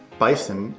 bison